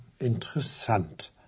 Interessant